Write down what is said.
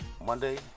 Monday